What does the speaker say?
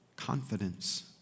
confidence